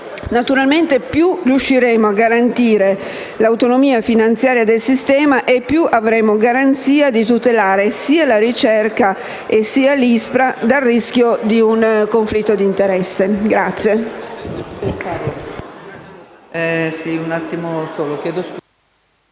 Naturalmente più riusciremo a garantire l'autonomia finanziaria del Sistema e più avremo garanzia di tutelare sia la ricerca, sia l'ISPRA dal rischio di un conflitto di interesse. *(Applausi dal Gruppo PD).*